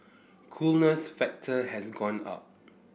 coolness factor has gone up